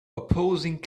opposing